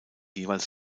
jeweils